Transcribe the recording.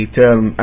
term